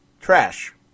trash